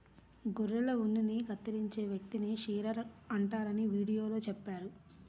గొర్రెల ఉన్నిని కత్తిరించే వ్యక్తిని షీరర్ అంటారని వీడియోలో చెప్పారు